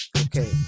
Okay